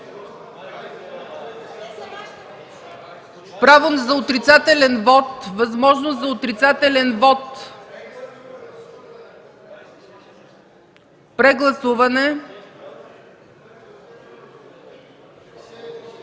Право за отрицателен вот. Възможност за отрицателен вот. Прегласуване.